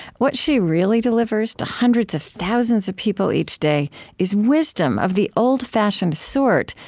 what she really delivers to hundreds of thousands of people each day is wisdom of the old-fashioned sort,